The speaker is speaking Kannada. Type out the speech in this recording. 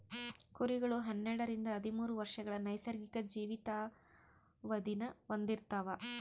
ಕುರಿಗಳು ಹನ್ನೆರಡರಿಂದ ಹದಿಮೂರು ವರ್ಷಗಳ ನೈಸರ್ಗಿಕ ಜೀವಿತಾವಧಿನ ಹೊಂದಿರ್ತವ